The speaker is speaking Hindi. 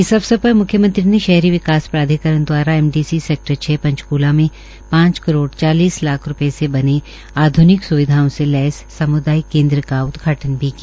इस अवसर पर म्ख्यमंत्री ने शहरी विकास प्राधिकरण द्वारा एम डी सी सैक्टर छ पंचकूला में पांच करोड़ चालीस लाख रूपये से बने आध्निक स्विधाओं से लैस साम्दायिक केन्द्र का भी उदघाटन भी किया